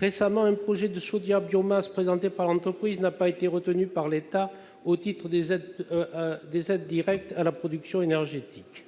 Récemment, un projet de chaudière biomasse présenté par l'entreprise n'a pas été retenu par l'État au titre des aides directes à la production énergétique.